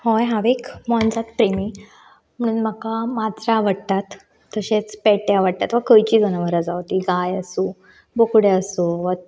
हय हांवें एक मोनजात प्रेमी म्हणून म्हाका मांजरां आवडटात तशेंच पेटे आवडटा वा खंयचीय जनावरां जावं तीं गाय आसूं बोकड्यो आसूं